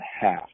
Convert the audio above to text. half